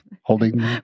holding